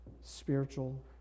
spiritual